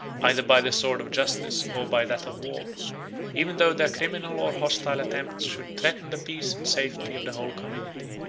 either by the sword of justice, or by that of war even though their criminal or hostile attempts should threaten the peace and safety of the whole community.